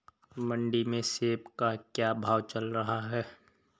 मंडी में सेब का क्या भाव चल रहा है?